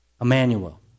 Emmanuel